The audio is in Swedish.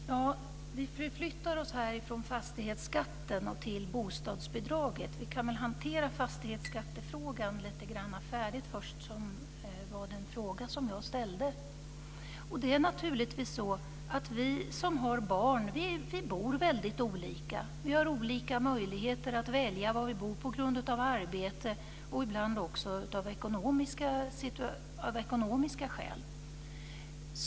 Fru talman! Vi förflyttar oss här från fastighetsskatten och till bostadsbidraget. Vi kan väl hantera frågan om fastighetsskatten, som var den fråga jag ställde, lite grann färdigt först. Det är naturligtvis så att vi som har barn bor väldigt olika. Vi har olika möjligheter att välja var vi bor på grund av arbete och ibland också på grund av ekonomiska skäl.